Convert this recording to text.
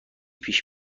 پیش